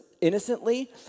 innocently